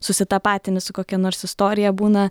susitapatini su kokia nors istorija būna